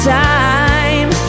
time